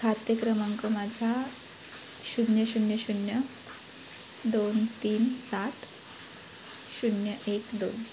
खाते क्रमांक माझा शून्य शून्य शून्य दोन तीन सात शून्य एक दोन